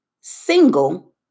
single